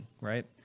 right